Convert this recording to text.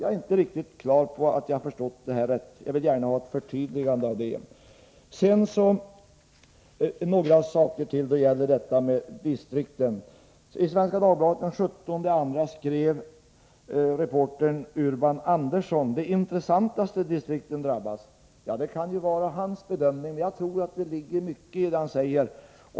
Jag är inte riktigt säker på att jag har förstått det här rätt. Jag vill gärna ha ett förtydligande på denna punkt. När det så gäller distrikten skrev reportern vid Svenska Dagbladet Urban Andersson den 17 februari att de intressantaste distrikten drabbas. Ja, det kan ju vara hans bedömning, men jag tror att det ligger mycket i det han säger.